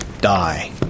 die